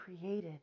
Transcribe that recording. created